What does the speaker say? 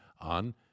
on